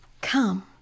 Come